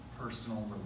personal